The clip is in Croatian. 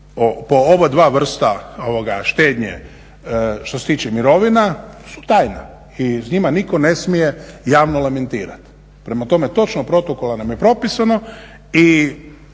po oba dva vrsta štednje što se tiče mirovina su tajna i s njima nitko ne smije javno lamentirati. Prema tome, točno protokolom nam je propisano i